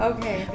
Okay